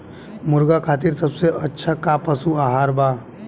मुर्गा खातिर सबसे अच्छा का पशु आहार बा?